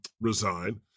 resign